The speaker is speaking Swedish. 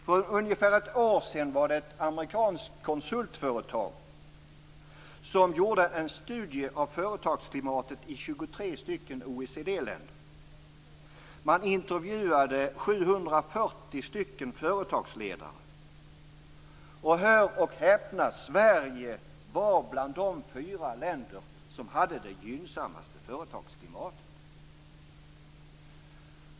För ungefär ett år sedan var det ett amerikanskt konsultföretag som gjorde en studie av företagsklimatet i 23 OECD-länder. Man intervjuade 740 företagsledare. Och hör och häpna! Sverige var bland de fyra länder som hade det gynnsammaste företagsklimatet.